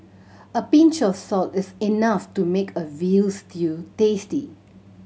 a pinch of salt is enough to make a veal stew tasty